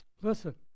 Listen